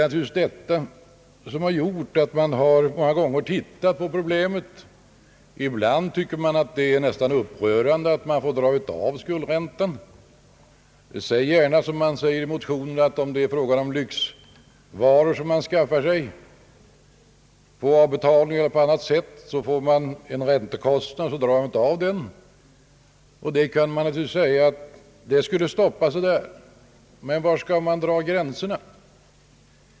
Problemet har uppmärksammats många gånger. Ibland kan det anses nästan upprörande att skuldräntor får dras av, t.ex. när det är fråga om, som det heter i motionen, lyxvaror som anskaffas på avbetalning. Köparen åsamkas en räntekostnad som han sedan får dra av vid beskattningen. Man kan naturligtvis säga att sådant bör stoppas. Men var skall man dra gränserna?